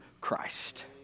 Christ